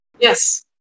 Yes